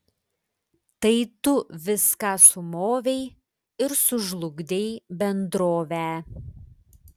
tai tu viską sumovei ir sužlugdei bendrovę